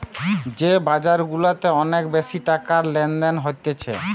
যে বাজার গুলাতে অনেক বেশি টাকার লেনদেন হতিছে